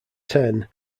ten